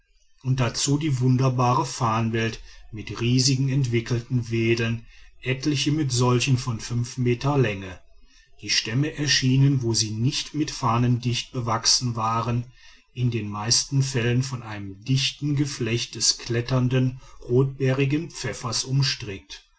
und dazu die wunderbare farnwelt mit riesig entwickelten wedeln etliche mit solchen von fünf meter länge die stämme erschienen wo sie nicht mit farnen dichtbewachsen waren in den meisten fällen von einem dichten geflecht des kletternden rotbeerigen pfeffers umstrickt